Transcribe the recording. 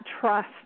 trust